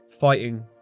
fighting